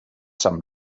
some